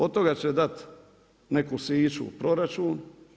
Od toga će dati neku siću u proračun.